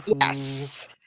yes